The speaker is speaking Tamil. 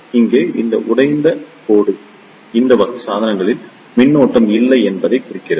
இங்கே இந்த உடைந்த கோடு இந்த வகை சாதனங்களில் மின்னோட்ட ஓட்டம் இல்லை என்பதைக் குறிக்கிறது